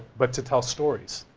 but to tell stories.